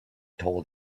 told